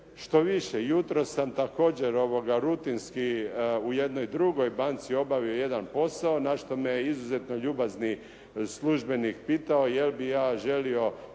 Štoviše, jutros sam također rutinski u jednoj drugoj banci obavio jedan posao na što me je izuzetno ljubazni službenik pitao je li bih ja želio